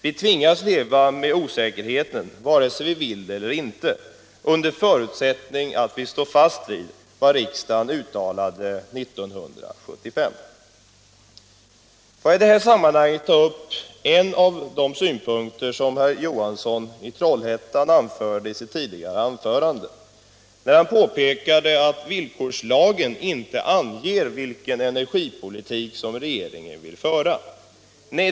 Vi tvingas leva med osäkerheten vare sig vi vill det eller inte, under förutsättning att vi står fast vid vad riksdagen uttalade 1975. Låt mig i detta sammanhang ta upp en av de synpunkter som herr Johansson i Trollhättan framförde i sitt tidigare anförande, då han påpekade att villkorslagen inte anger vilken energipolitik som regeringen vill föra.